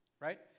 Right